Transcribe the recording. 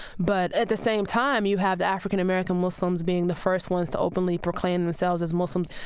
but at the same time, you have the african-american muslims being the first ones to openly proclaim themselves as muslims,